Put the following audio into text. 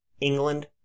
England